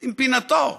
עם פינתו.